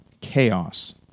chaos